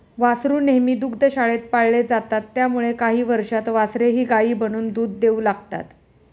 वासरू नेहमी दुग्धशाळेत पाळले जातात त्यामुळे काही वर्षांत वासरेही गायी बनून दूध देऊ लागतात